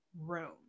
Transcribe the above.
room